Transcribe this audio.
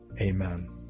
amen